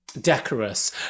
decorous